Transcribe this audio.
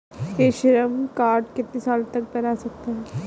ई Shram card कितने साल तक बन सकता है?